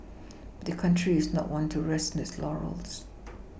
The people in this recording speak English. the country is not one to rest its laurels